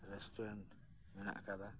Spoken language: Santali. ᱨᱮᱥᱴᱩᱨᱮᱸᱴ ᱢᱮᱱᱟᱜ ᱠᱟᱫᱟ